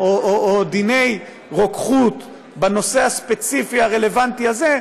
או דיני רוקחות בנושא הספציפי הרלוונטי הזה,